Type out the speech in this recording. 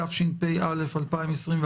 התשפ"א-2021,